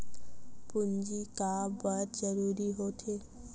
पूंजी का बार जरूरी हो थे?